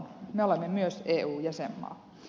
me olemme myös eu jäsenmaa